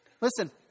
Listen